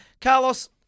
Carlos